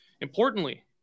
Importantly